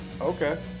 Okay